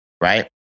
right